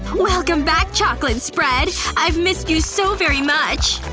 welcome back, chocolate spread! i've missed you so very much,